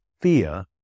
fear